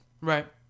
Right